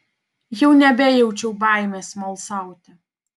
jau nebejaučiau baimės smalsauti